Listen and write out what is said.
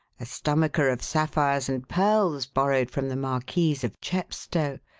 a stomacher of sapphires and pearls borrowed from the marquise of chepstow,